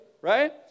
right